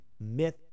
myth